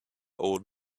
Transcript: old